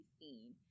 seen